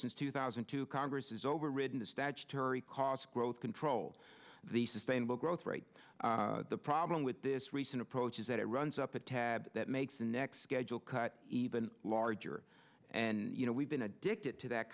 since two thousand and two congress is overridden the statutory cost growth controlled the sustainable growth rate the problem with this recent approach is that it runs up a tab that makes the next scheduled cut even larger and you know we've been addicted to that